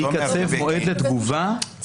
שייכתב מועד לתגובה.